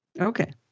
Okay